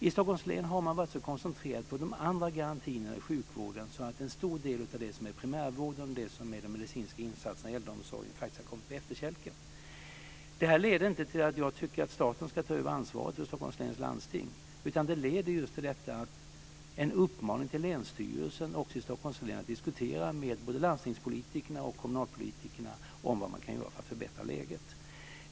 I Stockholms län har man varit så koncentrerad på de andra garantierna i sjukvården att en stor del av primärvården och en del av de medicinska insatserna i äldreomsorgen faktiskt har kommit på efterkälken. Det här leder inte till att jag tycker att staten ska ta över ansvaret för Stockholms läns landsting, utan det leder just till detta: en uppmaning till länsstyrelsen och till Stockholms län att diskutera med både landstingspolitikerna och kommunalpolitikerna om vad man kan göra för att förbättra läget.